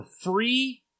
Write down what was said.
free